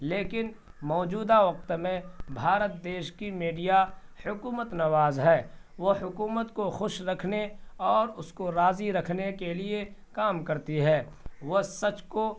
لیکن موجودہ وقت میں بھارت دیش کی میڈیا حکومت نواز ہے وہ حکومت کو خوش رکھنے اور اس کو راضی رکھنے کے لیے کام کرتی ہے وہ سچ کو